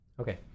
Okay